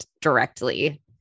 directly